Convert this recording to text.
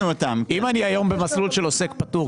אם אני היום במסלול של עוסק פטור,